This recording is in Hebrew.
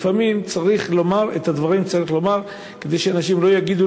לפעמים צריך לומר את הדברים כדי שאנשים לא יגידו